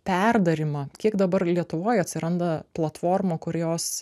perdarymą kiek dabar lietuvoj atsiranda platformų kurios